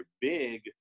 big